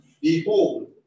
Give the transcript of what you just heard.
behold